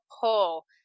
pull